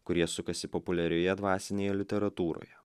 kurie sukasi populiarioje dvasinėje literatūroje